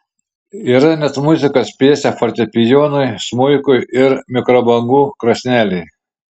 yra net muzikos pjesė fortepijonui smuikui ir mikrobangų krosnelei